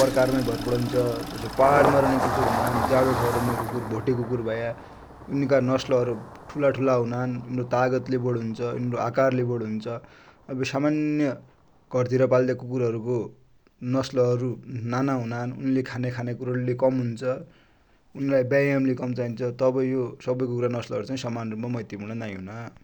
प्रकार माइ भर परन्छ । जसो पहाड मै रन्या कुकुर हुनान जाडो ठउर रन्या कुकुर, भोटे कुकुर भया इन्का नस्लहरु ठुला ठुला हुनान । तनरो तागत ले बडी हुन्छ, इनरो आकर ले बडी हुन्छ । सामन्य घर तिर पल्द्यया कुकुर हरु को नस्ल हरु नाना हुनान । इनले खाने खानेकुरा ले कम हुन्छ, ब्यायाम ले कम चाइन्छ । तबै यो सबै कुकुर का नस्ल हरु समान रुप माइ मैत्रिपुर्ण नाइहुना।